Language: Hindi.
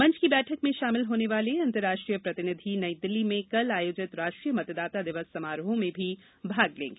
मंच की बैठक में शामिल होने वाले अंतर्राष्ट्रीय प्रतिनिधि नई दिल्ली में कल आयोजित राष्ट्रीय मतदाता दिवस समारोहों में भी भाग लेंगे